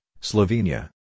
Slovenia